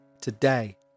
today